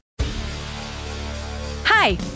Hi